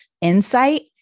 insight